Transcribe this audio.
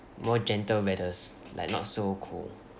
more gentle weathers like not so cold